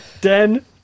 Den